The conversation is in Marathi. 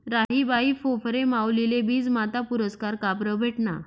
राहीबाई फोफरे माउलीले बीजमाता पुरस्कार काबरं भेटना?